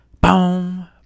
BOOM